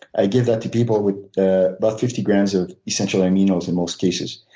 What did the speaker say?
i give that to people with about fifty grams of essential aminos in most cases.